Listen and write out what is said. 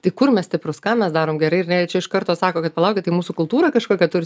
tai kur mes stiprūs ką mes darom gerai ir ne čia iš karto sako kad palaukit tai mūsų kultūra kažkokia turi